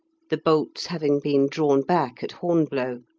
the bolts having been drawn back at hornblow.